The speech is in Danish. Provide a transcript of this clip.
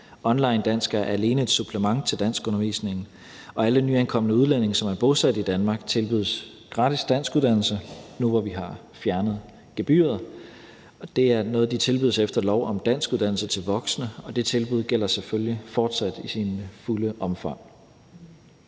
Online Dansk er alene et supplement til danskundervisningen, og alle nyankomne udlændinge, som er bosat i Danmark, tilbydes gratis danskuddannelse nu, hvor vi har fjernet gebyret. Det er noget, de tilbydes efter lov om danskuddannelse til voksne, og det tilbud gælder selvfølgelig fortsat i sit fulde omfang.